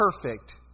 perfect